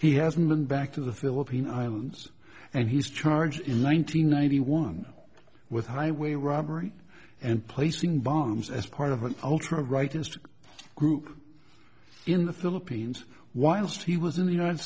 he hasn't been back to the philippine islands and he's charged in one nine hundred ninety one with highway robbery and placing bombs as part of an ultra right inst group in the philippines whilst he was in the united